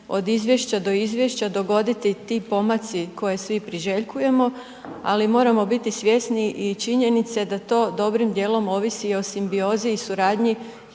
od izvješća da izvješća dogoditi ti pomaci koje svi priželjkujemo, ali moramo biti svjesni i činjenice da to dobrim dijelom ovisi o simbiozi i suradnji